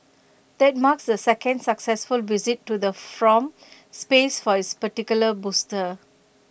that marks the second successful visit to the from space for this particular booster